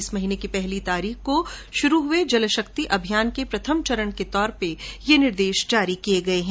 इस महीने की पहली तारीख को शुरू हुए जल शक्ति अभियान के प्रथम चरण के तौर पर यह निर्देश जारी किए गए हैं